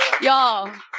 Y'all